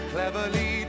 Cleverly